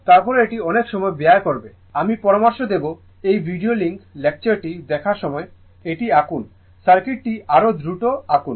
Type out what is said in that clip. তারপরে এটি অনেক সময় ব্যয় করবে আমি পরামর্শ দেব এই ভিডিও লিঙ্ক লেকচারটি দেখার সময় এটি আঁকুন সার্কিটটি আরও দ্রুত আঁকুন